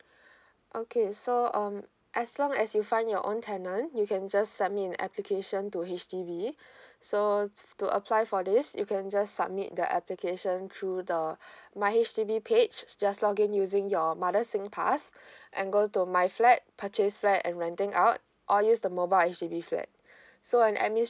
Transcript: okay so um as long as you find your own tenant you can just submit a application to H_D_B so to apply for this you can just submit the application through the my H_D_B page just login using your mother singpass and go to my flat purchase flat and renting out or use the mobile H_D_B flat so an